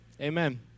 Amen